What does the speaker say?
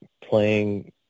playing